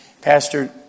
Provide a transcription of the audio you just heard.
Pastor